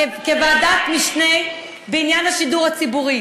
כוועדת משנה בעניין השידור הציבורי.